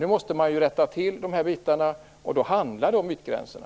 Nu måste man rätta till det här, och då handlar det om ytgränserna.